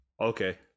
Okay